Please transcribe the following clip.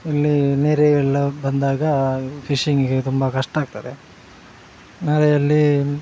ಇಲ್ಲಿ ನೆರೆಯೆಲ್ಲ ಬಂದಾಗ ಫಿಶಿಂಗಿಗೆ ತುಂಬ ಕಷ್ಟ ಆಗ್ತದೆ ಮರೆಯಲ್ಲಿ